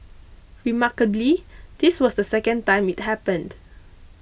remarkably this was the second time it happened